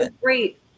great